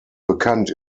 bekannt